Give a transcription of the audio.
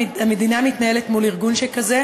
המדינה מתנהלת מול ארגון שכזה,